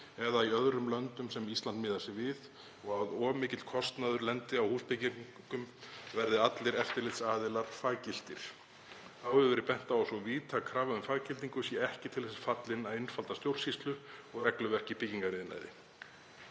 eða í öðrum löndum sem Ísland miðar sig við og að of mikill kostnaður lendi á húsbyggjendum verði allir eftirlitsaðilar faggiltir. Þá hefur verið bent á að svo víðtæk krafa um faggildingu sé ekki til þess fallin að einfalda stjórnsýslu og regluverk í byggingariðnaði.“